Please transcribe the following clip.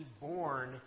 born